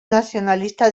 nacionalista